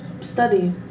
Study